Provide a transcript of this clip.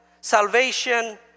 salvation